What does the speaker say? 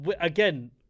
again